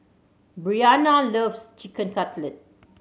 Bryana loves Chicken Cutlet